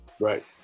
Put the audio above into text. Right